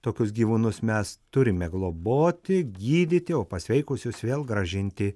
tokius gyvūnus mes turime globoti gydyti o pasveikusius vėl grąžinti